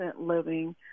living